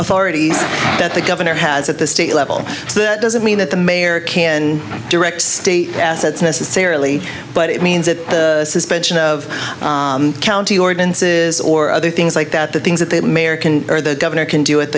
authority that the governor has at the state level so that doesn't mean that the mayor can direct state assets necessarily but it means that the suspension of county ordinances or other things like that the things that the mayor can or the governor can do at